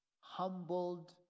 humbled